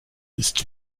ist